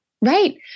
Right